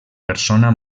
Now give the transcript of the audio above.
persona